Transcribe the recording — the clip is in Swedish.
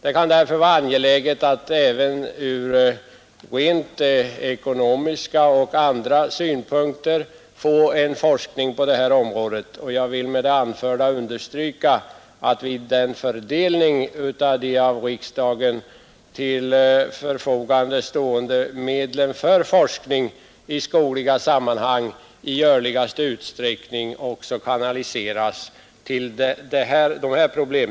Det kan vara angeläget att även från rent ekonomiska och andra synpunkter få till stånd en forskning på detta område. Jag vill med det anförda, herr talman, understryka att vid en fördelning av de av riksdagen till förfogande ställda medlen för forskning i skogliga sammanhang största möjliga belopp kanaliseras till lösandet av detta problem.